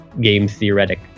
game-theoretic